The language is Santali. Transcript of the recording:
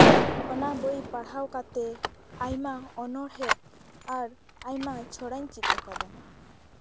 ᱚᱱᱟ ᱵᱳᱭ ᱯᱟᱲᱦᱟᱣ ᱠᱟᱛᱮ ᱟᱭᱢᱟ ᱚᱱᱚᱬᱦᱮ ᱟᱨ ᱟᱭᱢᱟ ᱪᱷᱚᱲᱟᱧ ᱪᱮᱫ ᱠᱟᱫᱟ